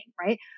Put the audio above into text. right